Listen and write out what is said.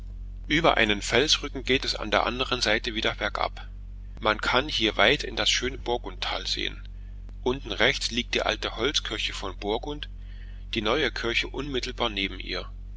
über einen felsrücken geht es an der andern seite wieder bergab man kann hier weit in das schöne borgundtal hineinsehen unten rechts liegt die alte holzkirche von borgund die neue kirche unmittelbar neben ihr